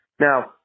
Now